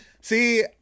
See